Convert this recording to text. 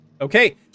okay